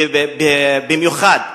במיוחד אברהם,